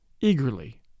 eagerly